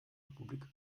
republik